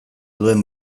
duen